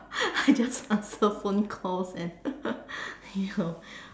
I just answer phone calls and you know